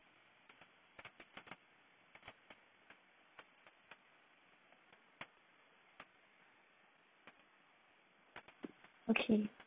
okay